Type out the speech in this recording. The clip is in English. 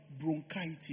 bronchitis